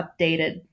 updated